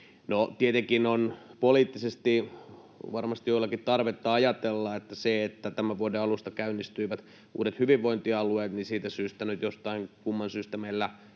tietenkin on poliittisesti varmasti joillakin tarvetta ajatella, että siitä syystä, että tämän vuoden alusta käynnistyivät uudet hyvinvointialueet, nyt jostain kumman syystä meillä